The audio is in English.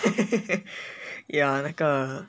ya 那个